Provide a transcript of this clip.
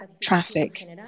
traffic